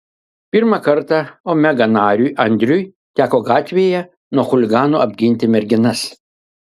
pirmą kartą omega nariui andriui teko gatvėje nuo chuliganų apginti merginas